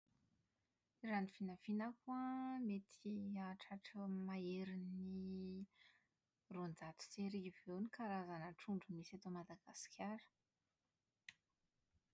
Raha ny vinavinako an mety hahatratra maherin'ny roanjato sy arivo eo ny karazana trondro misy eto Madagasikara.